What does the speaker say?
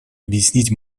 объяснить